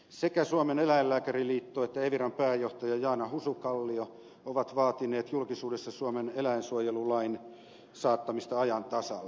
sekä suomen eläinlääkäriliitto että eviran pääjohtaja jaana husu kallio ovat vaatineet julkisuudessa suomen eläinsuojelulain saattamista ajan tasalle